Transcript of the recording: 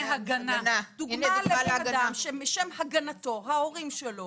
דוגמה לאדם, שבשם הגנתו ההורים שלו